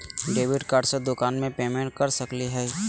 Debit card से दुकान में पेमेंट कर सकली हई?